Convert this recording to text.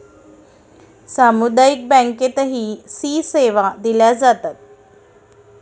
सामुदायिक बँकेतही सी सेवा दिल्या जातात